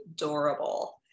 adorable